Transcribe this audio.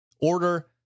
Order